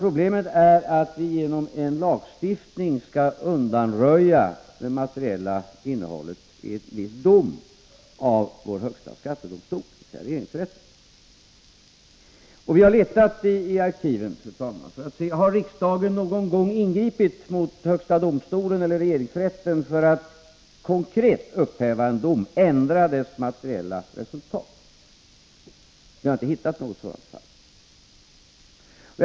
Problemet är i stället att vi genom en lagstiftning skall undanröja det materiella innehållet i en viss dom av vår högsta skattedomstol, dvs. regeringsrätten. Vi har letat i arkiven, fru talman, för att se om riksdagen någon gång har ingripit i högsta domstolen eller regeringsrätten för att konkret upphäva en dom eller ändra dess materiella resultat. Vi har inte hittat något sådant fall.